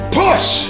push